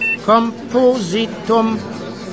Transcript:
Compositum